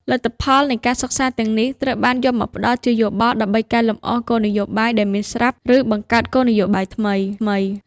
លទ្ធផលនៃការសិក្សាទាំងនេះ ត្រូវបានយកមកផ្តល់ជាយោបល់ដើម្បីកែលម្អគោលនយោបាយដែលមានស្រាប់ ឬបង្កើតគោលនយោបាយថ្មីៗ។